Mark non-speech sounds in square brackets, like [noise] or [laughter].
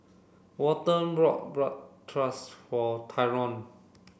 Walton bought [unintelligible] for Tyron